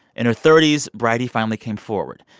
in her thirty s, bridie finally came forward.